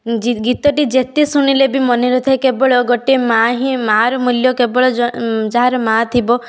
ଗୀତଟି ଯେତେ ଶୁଣିଲେ ବି ମନେ ରହିଥାଏ କେବଳ ଗୋଟିଏ ମାଆ ହିଁ ମାଆର ମୂଲ୍ୟ କେବଳ ଯାହାର ମାଆ ଥିବ